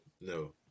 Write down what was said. no